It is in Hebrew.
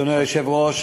אדוני היושב-ראש,